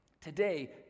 today